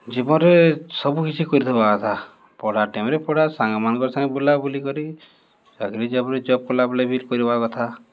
ଜୀବନ୍ରେ ସବୁକିଛି କରିଥିବା କଥା ପଢ଼ା ଟାଇମ୍ରେ ପଢ଼ା ସାଙ୍ଗମାନ୍ଙ୍କର୍ ସାଙ୍ଗେ ବୁଲା ବୁଲି କରି ଚାକ୍ରି ବାକ୍ରି ଜବ୍ରେ ଜବ୍ କଲାବେଳେ ବି କର୍ବା କଥା